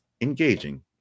engaging